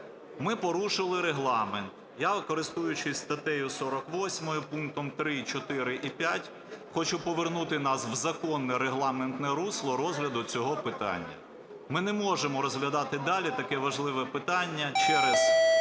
Ми порушили Регламент. Я, користуючись статтею 48 пунктом 3, 4 і 5, хочу повернути нас в законне регламентне русло розгляду цього питання. Ми не можемо розглядати далі таке важливе питання через,